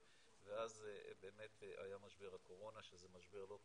ואז באמת היה משבר הקורונה שזה משבר לא פשוט.